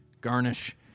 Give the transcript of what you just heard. garnish